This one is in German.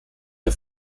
der